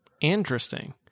Interesting